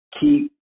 keep